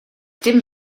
dim